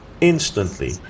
instantly